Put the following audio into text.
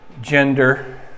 Gender